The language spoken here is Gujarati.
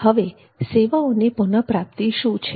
હવે સેવાઓને ની પુનઃપ્રાપ્તિ શું છે